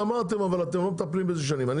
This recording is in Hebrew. אמרתם, אבל אתם לא מטפלים בזה שנים.